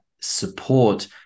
support